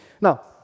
Now